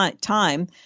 time